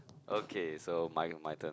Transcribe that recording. okay so my my turn